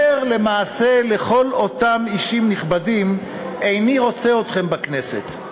אומר למעשה לכל אותם אישים נכבדים: איני רוצה אתכם בכנסת.